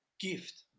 gift